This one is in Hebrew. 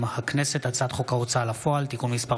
הצעת חוק ההוצאה לפועל (תיקון מס'